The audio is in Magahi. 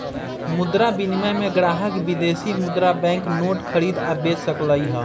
मुद्रा विनिमय में ग्राहक विदेशी मुद्रा बैंक नोट खरीद आ बेच सकलई ह